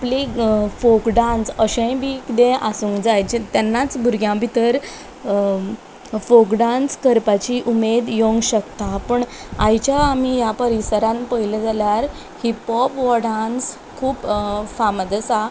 आपली folk dance अशेंय बी कितें आसूंक जाय जे तेन्नाच भुरग्यां भितर फोक डांस करपाची उमेद येवंक शकता पूण आयच्या आमी ह्या परिसरान पळयलें जाल्यार हिपहॉप हो डांस खूब फामाद आसा